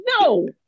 No